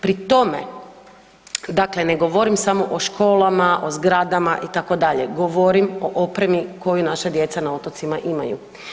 Pri tome dakle ne govorim samo o školama, o zgradama itd., govorim o opremi koju naša djeca na otocima imaju.